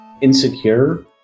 Insecure